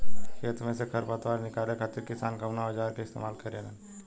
खेत में से खर पतवार निकाले खातिर किसान कउना औजार क इस्तेमाल करे न?